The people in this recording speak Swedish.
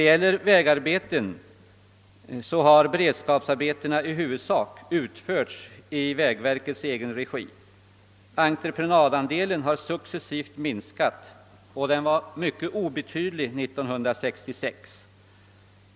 I fråga om vägarbeten har beredskapsarbetena i huvudsak utförts i vägverkets egen regi. Entreprenadandelen har successivt minskat, och den var mycket obetydlig 1966.